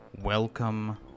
welcome